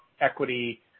equity